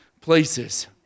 places